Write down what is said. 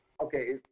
Okay